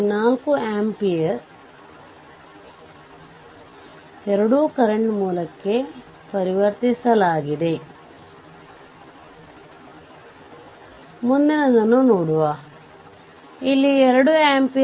ನಂತರ V ಯಾವುದು ಎಂದು ಕಂಡುಹಿಯಬಹುದು ಮತ್ತು ನಂತರ RThevenin